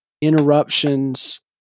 interruptions